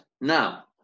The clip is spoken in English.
now